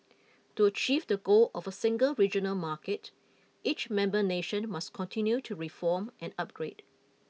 to achieve the goal of a single regional market each member nation must continue to reform and upgrade